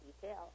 detail